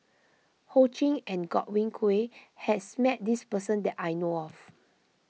Ho Ching and Godwin Koay has met this person that I know of